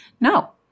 No